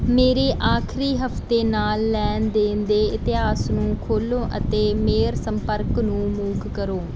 ਮੇਰੇ ਆਖਰੀ ਹਫ਼ਤੇ ਨਾਲ ਲੈਣ ਦੇਣ ਦੇ ਇਤਿਹਾਸ ਨੂੰ ਖੋਲੋ ਅਤੇ ਮੇਹਰ ਸੰਪਰਕ ਨੂੰ ਮੂਕ ਕਰੋ